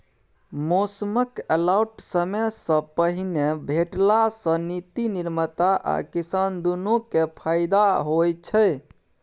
मौसमक अलर्ट समयसँ पहिने भेटला सँ नीति निर्माता आ किसान दुनु केँ फाएदा होइ छै